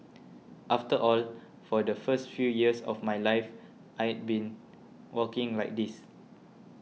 after all for the first few years of my life I'd been walking like this